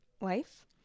life